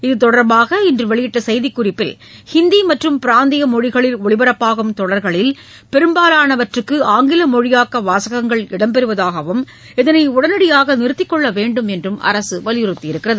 இதுதொடர்பாக இன்று வெளியிட்ட செய்திக் குறிப்பில் ஹிந்தி மற்றும் பிராந்திய மொழிகளில் ஒளிபரப்பாகும் தொடர்களில் பெரும்பாலானவற்றுக்கு ஆங்கில மொழியாக்க வாசகங்கள் இடம்பெறுவதாகவும் இதனை உடனடியாக நிறுத்திக் கொள்ள வேண்டும் என்றும் அரசு வலியுறுத்தியுள்ளது